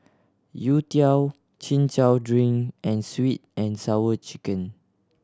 youtiao Chin Chow drink and Sweet And Sour Chicken